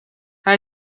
hij